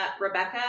rebecca